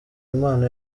impano